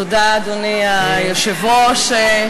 אדוני היושב-ראש,